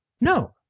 No